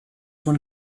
one